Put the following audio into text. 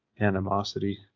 animosity